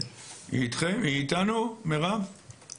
היא איתנו מירב?